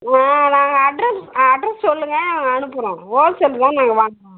ஆ நாங்கள் அட்ரஸ் ஆ அட்ரஸ் சொல்லுங்க நான் அனுப்புகிறோம் ஹோல்சேல் தான் நாங்கள் வாங்குறோம்